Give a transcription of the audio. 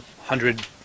hundred